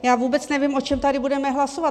Já vůbec nevím, o čem tady budeme hlasovat.